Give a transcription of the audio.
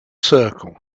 circle